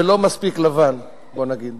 שלא מספיק לבן, בוא נגיד.